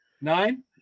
Nine